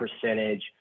percentage